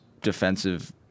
defensive